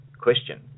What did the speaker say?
question